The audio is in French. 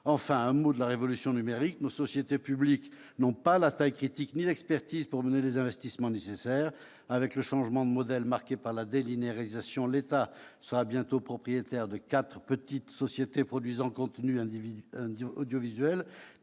s'agissant de la révolution numérique, nos sociétés publiques n'ont pas la taille critique ni l'expertise pour mener les investissements nécessaires. Avec le changement de modèle marqué par la délinéarisation, l'État sera bientôt propriétaire de quatre petites sociétés produisant des contenus audiovisuels